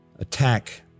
attack